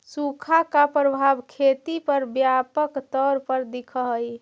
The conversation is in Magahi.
सुखा का प्रभाव खेती पर व्यापक तौर पर दिखअ हई